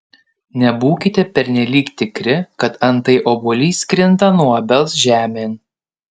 nebūkite pernelyg tikri kad antai obuolys krinta nuo obels žemėn